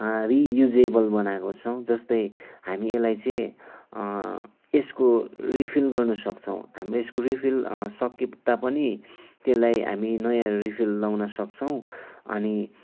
reusable बनाएको छौँ जस्तै हामी यसलाई चाहिँ यसको रिफिल गर्न सक्छौँ हाम्रो यसको रिफिल सकिए तापनि त्यसलाई हामी नयाँ रिफिल लाउन सक्छौँ अनि